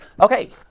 Okay